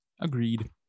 Agreed